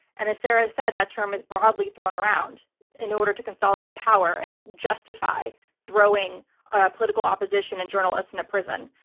and as sarah said, that term is broadly thrown around in order to consolidate power and justify throwing ah political opposition and journalists into and prison.